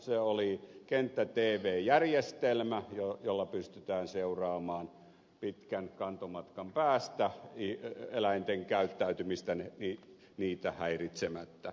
se oli kenttä tv järjestelmä jolla pystytään seuraamaan pitkän kantomatkan päästä eläinten käyttäytymistä niitä häiritsemättä